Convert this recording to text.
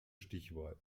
stichwahl